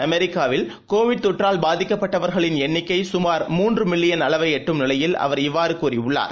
அமெிக்காவில் Covid தொற்றால் பாதிக்கப்பட்டவர்களின் எண்ணிக்கைகமார் மூன்றுமில்லியன் அளவைஎட்டும் நிலையில் அவர் இவ்வாறுகூறியுள்ளார்